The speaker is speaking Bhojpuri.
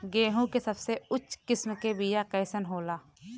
गेहूँ के सबसे उच्च किस्म के बीया कैसन होला?